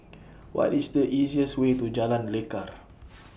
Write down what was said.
What IS The easiest Way to Jalan Lekar